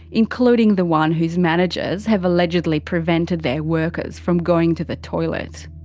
including the one whose managers have allegedly prevented their workers from going to the toilet.